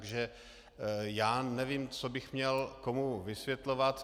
Takže já nevím, co bych měl komu vysvětlovat.